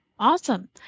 Awesome